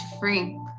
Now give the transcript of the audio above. free